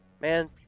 man